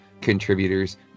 contributors